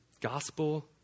Gospel